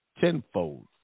tenfold